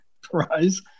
prize